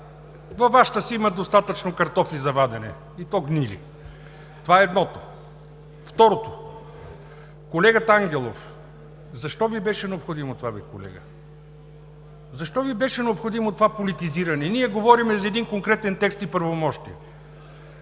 Във Вашата си има достатъчно картофи за вадене, и то гнили! Това е едното. Второто, колегата Ангелов – защо Ви беше необходимо това бе, колега?! Защо Ви беше необходимо това политизиране? Ние говорим за един конкретен текст и правомощия.